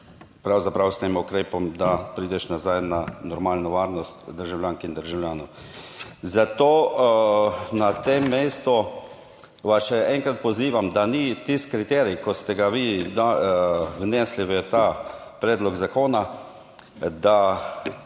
pravzaprav s tem ukrepom, da prideš nazaj na normalno varnost državljank in državljanov. Zato na tem mestu vas še enkrat pozivam, da ni tisti kriterij, ki ste ga vi vnesli v ta predlog zakona, da